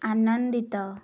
ଆନନ୍ଦିତ